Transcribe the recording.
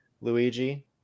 Luigi